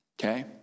Okay